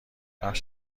بخش